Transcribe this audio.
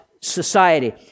society